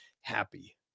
happy